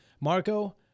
Marco